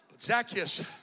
Zacchaeus